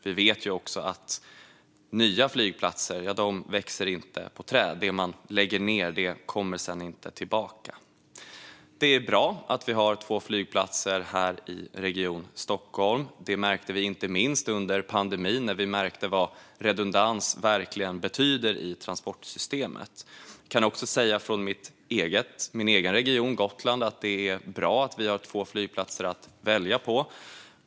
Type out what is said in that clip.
Vi vet också att nya flygplatser inte växer på träd. Det man lägger ned kommer inte tillbaka sedan. Det är bra att vi har två flygplatser här i Stockholmsregionen. Inte minst under pandemin märkte vi verkligen vad redundans betyder i transportsystemet. Jag kan också säga att det för min egen region Gotlands del är bra att vi har två flygplatser att välja på.